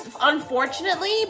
unfortunately